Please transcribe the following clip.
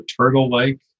turtle-like